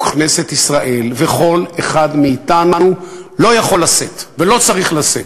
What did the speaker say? כנסת ישראל וכל אחד מאתנו לא יכולים לשאת ולא צריכים לשאת.